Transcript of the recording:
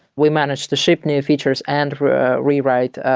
we managed to ship new features and rewrite.